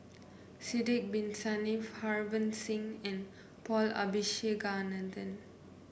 Sidek Bin Saniff Harbans Singh and Paul Abisheganaden